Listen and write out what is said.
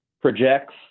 projects